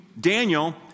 Daniel